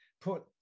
put